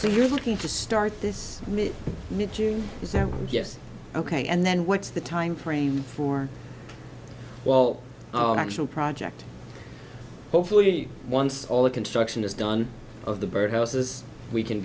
say you're looking to start this is that yes ok and then what's the timeframe for well oh an actual project hopefully once all the construction is done of the bird houses we can